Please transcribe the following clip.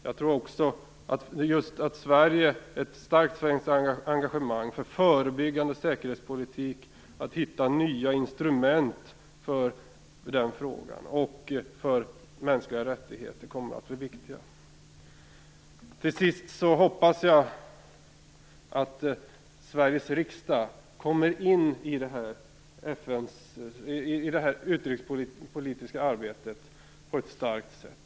Jag tror också att ett starkt svenskt engagemang för förebyggande säkerhetspolitik och att hitta nya instrument för den frågan och för mänskliga rättigheter kommer att bli viktiga. Till sist hoppas jag att Sveriges riksdag kommer in i det utrikespolitiska arbetet på ett starkt sätt.